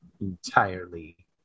entirely